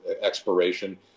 expiration